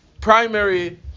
primary